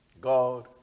God